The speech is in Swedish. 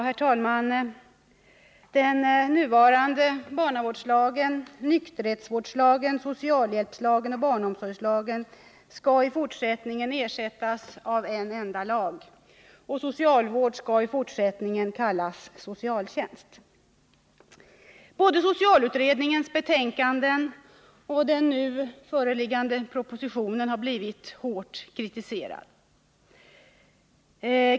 Herr talman! Den nuvarande barnavårdslagen, nykterhetsvårdslagen, socialhjälpslagen och barfiömsorgslagen skall i fortsättningen ersättas av en enda lag. Socialvård skall i fortsättningen kallas socialtjänst. Både socialutredningens betänkanden och den nu föreliggande propositionen har blivit hårt kritiserade.